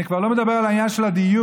אני כבר לא מדבר על העניין של הדיור,